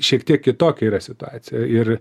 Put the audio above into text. šiek tiek kitokia yra situacija ir